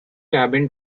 cabin